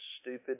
stupid